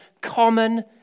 common